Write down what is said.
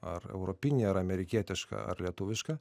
ar europinį ar amerikietišką ar lietuvišką